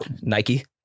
Nike